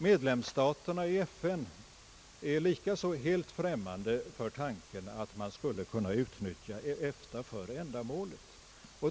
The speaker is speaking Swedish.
Medlemsstaterna i EFTA är likaså helt främmande för tanken att man skulle kunna utnyttja EFTA för ändamålet.